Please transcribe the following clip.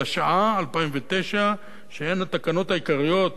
התש"ע 2009, שהן התקנות העיקריות